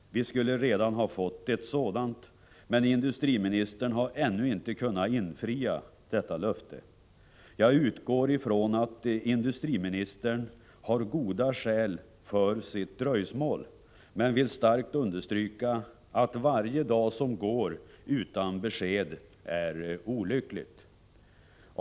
Vi skulle redan ha fått ett sådant, men industriministern har ännu inte kunnat infria detta löfte. Jag utgår ifrån att industriministern har goda skäl för sitt dröjsmål, men vill starkt understryka att varje dag som går utan besked är olycklig.